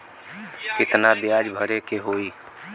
कितना ब्याज भरे के होई?